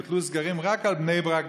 הוטלו סגרים רק על בני ברק,